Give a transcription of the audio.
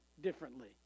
differently